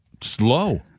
slow